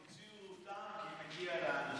תוציאו אותם, כי מגיע לאנשים.